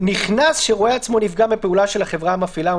"נכנס הרואה עצמו נפגע מפעולה של החברה המפעילה או